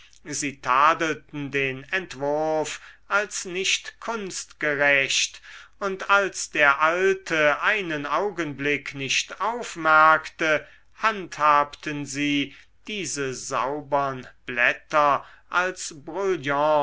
sie tadelten den entwurf als nicht kunstgerecht und als der alte einen augenblick nicht aufmerkte handhabten sie diese saubern blätter als